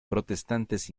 protestantes